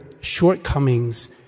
shortcomings